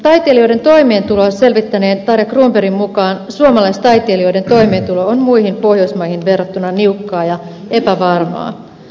taiteilijoiden toimeentuloa selvittäneen tarja cronbergin mukaan suomalaistaiteilijoiden toimeentulo on muihin pohjoismaihin verrattuna niukkaa ja epävarmaa